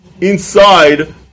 inside